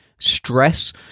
stress